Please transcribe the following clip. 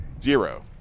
Zero